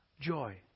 Joy